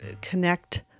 connect